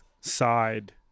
side